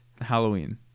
Halloween